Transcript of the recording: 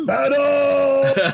Battle